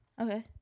Okay